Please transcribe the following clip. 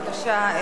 בבקשה,